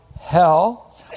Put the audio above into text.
hell